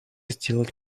сделать